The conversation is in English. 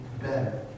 better